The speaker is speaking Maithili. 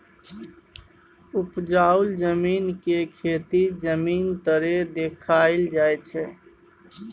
उपजाउ जमीन के खेती जमीन तरे देखाइल जाइ छइ